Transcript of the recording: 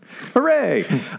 Hooray